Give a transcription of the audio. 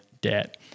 debt